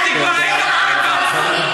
יתקומם נגד הכיבוש.